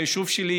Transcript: ביישוב שלי,